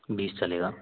बीस चलेगा